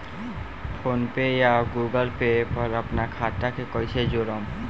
PhonePe या Google Pay पर अपना खाता के कईसे जोड़म?